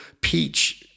peach